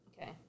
Okay